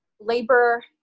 labor